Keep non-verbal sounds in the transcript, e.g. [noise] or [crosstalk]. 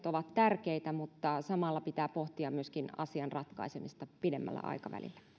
[unintelligible] ovat tärkeitä mutta samalla pitää pohtia myöskin asian ratkaisemista pidemmällä aikavälillä